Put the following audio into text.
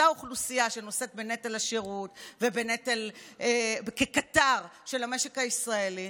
אותה אוכלוסייה שנושאת בנטל השירות וכקטר של המשק הישראלי,